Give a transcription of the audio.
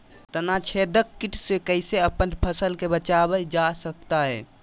तनाछेदक किट से कैसे अपन फसल के बचाया जा सकता हैं?